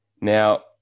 Now